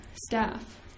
staff